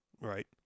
Right